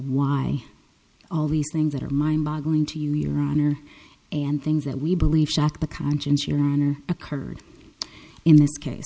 why all these things that are mind boggling to you your honor and things that we believe shocked the conscience your honor occurred in this case